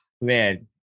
Man